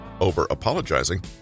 over-apologizing